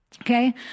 Okay